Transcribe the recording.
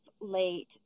late